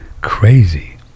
crazy